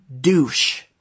douche